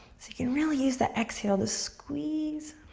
so you can really use that exhale to squeeze.